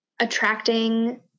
attracting